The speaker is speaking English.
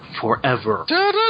forever